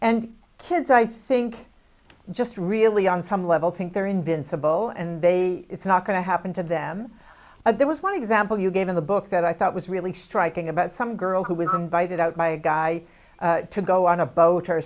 and kids i think just really on some level think they're invincible and they it's not going to happen to them but there was one example you gave in the book that i thought was really striking about some girl who was invited out by a guy to go on a boat or